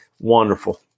Wonderful